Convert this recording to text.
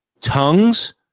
tongues